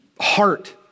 heart